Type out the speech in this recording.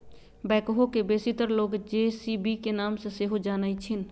backhoe के बेशीतर लोग जे.सी.बी के नाम से सेहो जानइ छिन्ह